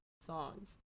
songs